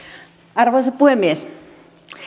arvoisa puhemies